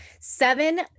seven